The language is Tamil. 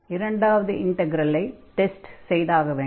இரண்டாவது இன்டக்ரலை டெஸ்ட் செய்தாக வேண்டும்